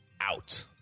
out